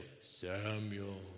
Samuel